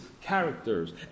characters